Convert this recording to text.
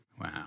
Wow